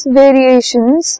variations